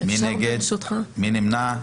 מי נגד?